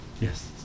Yes